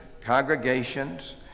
congregations